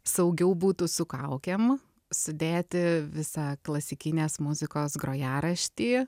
saugiau būtų su kaukėm sudėti visą klasikinės muzikos grojaraštį